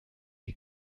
die